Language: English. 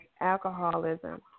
alcoholism